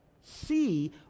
see